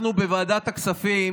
אנחנו בוועדת הכספים